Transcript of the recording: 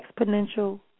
exponential